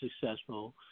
successful